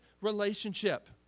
relationship